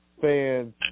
fans